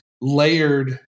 layered